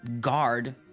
Guard